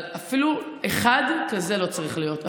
אבל אפילו אחד כזה לא צריך להיות.